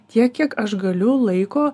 tiek kiek aš galiu laiko